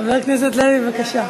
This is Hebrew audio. חבר הכנסת לוי, בבקשה.